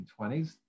1920s